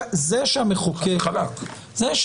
נכון, חד וחלק.